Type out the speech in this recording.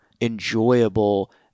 enjoyable